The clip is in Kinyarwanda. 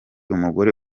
umugore